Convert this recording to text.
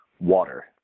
water